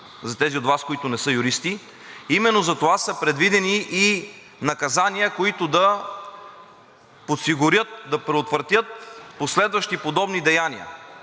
за тези от Вас, които не са юристи, именно затова са предвидени и наказания, които да подсигурят, да предотвратят последващи подобни деяния.